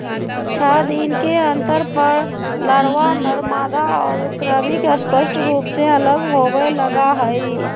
छः दिन के अंतर पर लारवा, नरमादा और श्रमिक स्पष्ट रूप से अलग होवे लगा हई